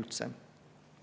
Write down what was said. üldse